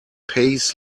pays